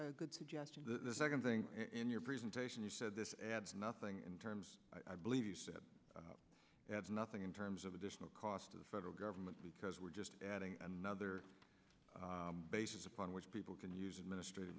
a good suggestion the second thing in your presentation you said this adds nothing in terms i believe you said adds nothing in terms of additional cost to the federal government because we're just adding another basis upon which people can use administr